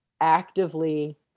actively